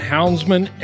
Houndsman